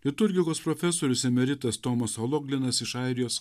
liturgikos profesorius emeritas tomas ologlinas iš airijos